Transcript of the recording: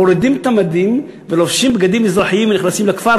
מורידים את המדים ולובשים בגדים אזרחיים ונכנסים לכפר,